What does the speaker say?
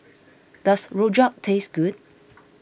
does Rojak taste good